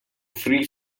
free